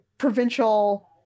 Provincial